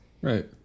Right